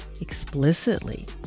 explicitly